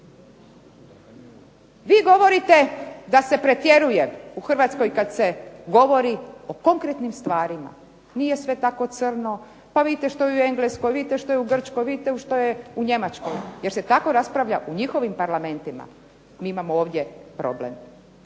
Vi govorite da se pretjeruje u Hrvatskoj kad se govori o konkretnim stvarima. Nije sve tako crno, pa vidite što je u Engleskoj, vidite što je u Grčkoj, vidite što je u Njemačkoj. Jel' se tako raspravlja u njihovim parlamentima? Mi imamo ovdje problem